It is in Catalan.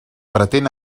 pretén